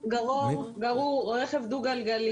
גרור, רכב דו-גלגלי.